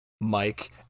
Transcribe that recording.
mike